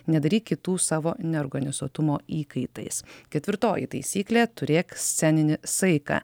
nedaryk kitų savo neorganizuotumo įkaitais ketvirtoji taisyklė turėk sceninį saiką